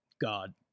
God